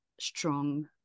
strong